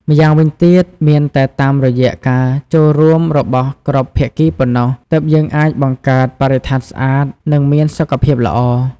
ម្យ៉ាងវិញទៀត មានតែតាមរយៈការចូលរួមរបស់គ្រប់ភាគីប៉ុណ្ណោះ ទើបយើងអាចបង្កើតបរិស្ថានស្អាត និងមានសុខភាពល្អ។